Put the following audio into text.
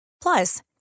Plus